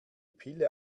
pille